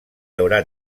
haurà